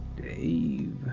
Dave